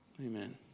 Amen